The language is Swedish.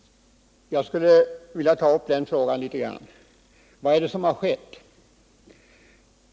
Jag skulle vilja ta upp den frågan. Vad är det som har skett?